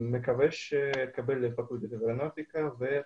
אני מקווה שאתקבל לפקולטה למתמטיקה.